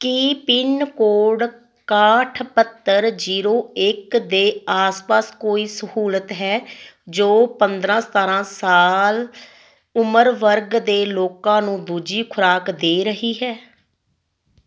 ਕੀ pin code ਇੱਕਾਹਠ ਬਹੱਤਰ zero ਇੱਕ ਦੇ ਆਸ ਪਾਸ ਕੋਈ ਸਹੂਲਤ ਹੈ ਜੋ ਪੰਦਰਾਂ ਸਤਾਰਾਂ ਸਾਲ ਉਮਰ ਵਰਗ ਦੇ ਲੋਕਾਂ ਨੂੰ ਦੂਜੀ ਖੁਰਾਕ ਦੇ ਰਹੀ ਹੈ